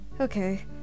Okay